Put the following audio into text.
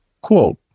Quote